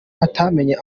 atamenya